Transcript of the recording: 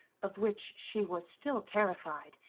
of which she was still terrified,